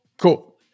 Cool